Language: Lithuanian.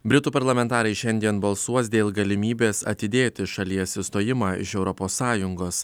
britų parlamentarai šiandien balsuos dėl galimybės atidėti šalies išstojimą iš europos sąjungos